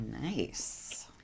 Nice